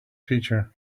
creature